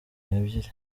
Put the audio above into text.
n’ebyiri